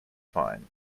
fine